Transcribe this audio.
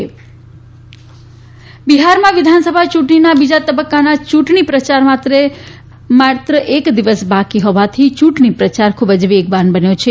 ગુજરાત બિહાર ચૂંટણી બિહારમાં વિધાનસભા ચૂંટણીમાં બીજા તબક્કાના ચૂંટણી પ્રચાર માટે માત્ર એક દિવસ બાકી હોવાથી ચૂંટણી પ્રચાર ખુબ જ વેગવાન બન્યો છે